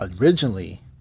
originally